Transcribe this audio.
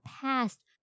past